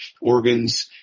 organs